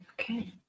okay